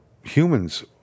Humans